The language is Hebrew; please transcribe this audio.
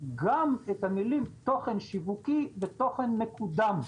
גם את המילים "תוכן שיווקי" ו"תוכן מקודם"